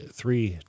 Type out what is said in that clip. three